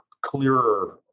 clearer